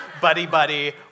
buddy-buddy